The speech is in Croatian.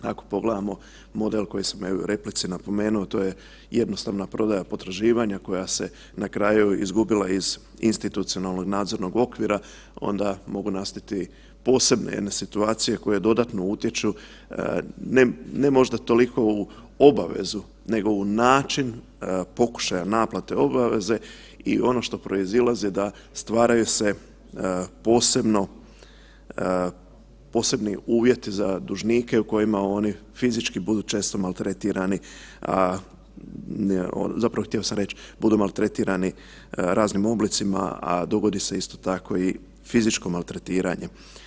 Ako pogledamo model koji sam evo i u replici napomenuo, to je jednostavna prodaja potraživanja koja se na kraju izgubila iz institucionalnog nadzornog okvira, onda mogu nastati posebne jedne situacije koje dodatno utječu, ne možda toliko u obavezu nego u način pokušaja naplate obaveze i ono što proizilazi, da stvaraju se posebni uvjeti za dužnike u kojima oni fizički budu često maltretirani, zapravo htio sam reći, budu maltretirani raznim oblicima, a dogodi se isto tako i fizičko maltretiranje.